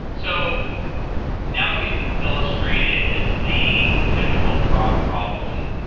so now that we've illustrated the typical fraud problem,